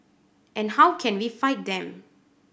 and how can we fight them